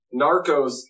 Narcos